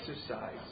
exercise